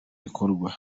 ikorwa